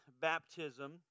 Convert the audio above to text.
baptism